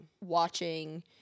watching